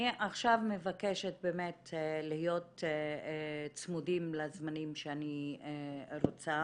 אני מבקשת להיות צמודים לזמנים שאני רוצה